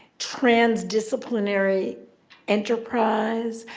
transdisciplinary enterprise.